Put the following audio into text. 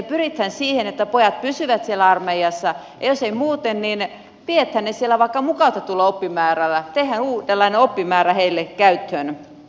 pyritään siihen että pojat pysyvät siellä armeijassa ja jos ei muuten niin pidetään ne siellä vaikka mukautetulla oppimäärällä tehdään uudenlainen oppimäärä heille käyttöön